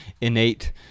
innate